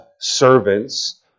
servants